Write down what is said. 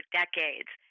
decades